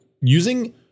using